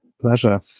pleasure